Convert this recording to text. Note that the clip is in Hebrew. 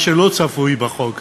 ממה שלא צפוי בחוק הזה,